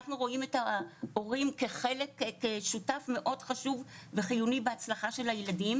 אנחנו רואים את ההורים כשותף מאוד חשוב וחיוני בהצלחה של הילדים,